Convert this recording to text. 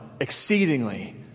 exceedingly